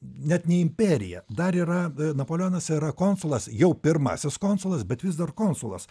net ne imperija dar yra napoleonas yra konsulas jau pirmasis konsulas bet vis dar konsulas